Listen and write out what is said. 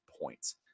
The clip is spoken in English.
points